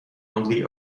only